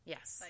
Yes